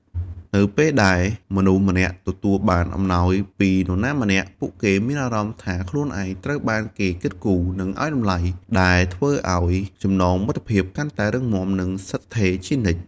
នៅពេលដែលមនុស្សម្នាក់ទទួលបានអំណោយពីនរណាម្នាក់ ពួកគេមានអារម្មណ៍ថាខ្លួនឯងត្រូវបានគេគិតគូរ និងឱ្យតម្លៃ ដែលធ្វើឱ្យចំណងមិត្តភាពកាន់តែរឹងមាំ និងស្ថិតស្ថេរជានិច្ច។